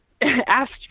asked